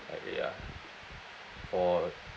um ya for